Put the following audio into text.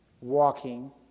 walking